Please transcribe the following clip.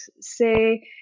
say